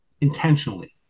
intentionally